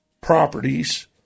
properties